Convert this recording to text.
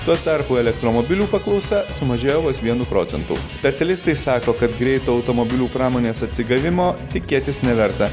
tuo tarpu elektromobilių paklausa sumažėjo vos vienu procentu specialistai sako kad greito automobilių pramonės atsigavimo tikėtis neverta